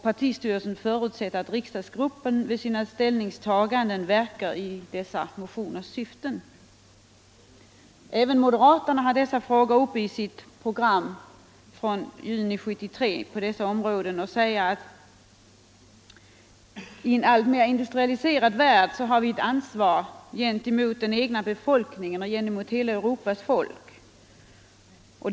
Partistyrelsen förutsätter att riksdagsgruppen vid sina ställningstaganden —--- verkar i dessa motioners syfte.” Även moderaterna tar upp landskapsfrågorna i sitt program från juni 1973 och skriver: ”I en alltmer industrialiserad värld har vi ett ansvar såväl gentemot den egna befolkningen som gentemot Europas folk i övrigt.